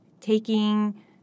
taking